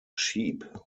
sheep